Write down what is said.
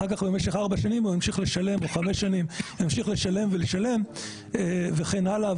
אחר-כך במשך 4 שנים או 5 שנים הוא ימשיך לשלם ולשלם וכן הלאה.